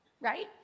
right